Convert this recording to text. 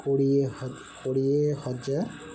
କୋଡ଼ିଏ ହ କୋଡ଼ିଏ ହଜାର